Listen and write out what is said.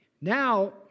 Now